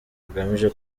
bugamije